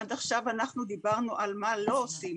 עד עכשיו דיברנו על מה לא עושים